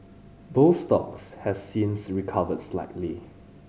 both stocks have since recovered slightly